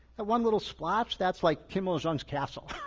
the one little splotch that's like kimball's duns castle,